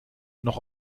noch